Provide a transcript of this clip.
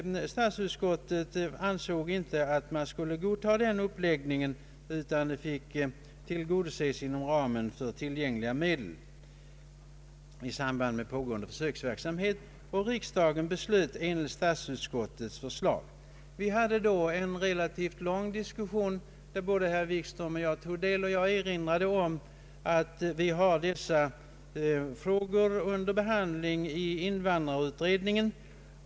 Statsutskottet ansåg inte att man skulle godta den uppläggningen, utan behoven fick tillgodoses inom ramen för tillgängliga medel i samband med pågående försöksverksamhet. Riksdagen beslöt enligt statsutskottets förslag. Vi hade då en relativt lång diskussion, som både herr Wikström och jag deltog i. Jag erinrade om att vi har dessa frågor under behandling i invandrarutredningen.